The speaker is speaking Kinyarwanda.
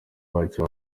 wacyo